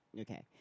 okay